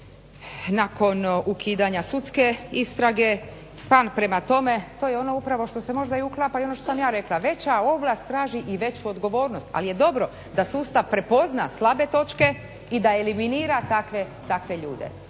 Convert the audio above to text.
nakon ukidanja sudske istrage pa prema tome to je ono upravo što se možda i uklapa i ono što sam ja rekla, veća ovlast traži i veću odgovornost, ali je dobro da sustav prepozna slabe točke i da eliminira takve ljude.